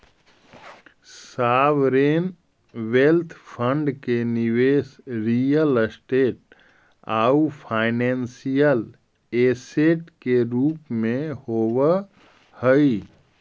sovereign wealth fund के निवेश real estate आउ फाइनेंशियल ऐसेट के रूप में होवऽ हई